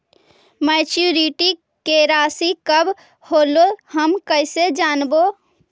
Maturity के रासि कब होलै हम कैसे जानबै?